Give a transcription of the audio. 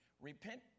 repent